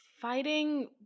fighting